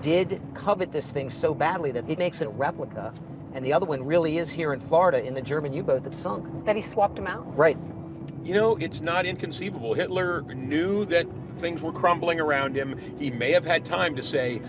did covet this thing so badly that he makes a replica and the other one really is here in florida in the german u-boat that sunk? that he swapped them out? right. levy you know, it's not inconceivable. hitler knew that things were crumbling around him. he may have had time to say,